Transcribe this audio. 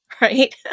right